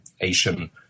Asian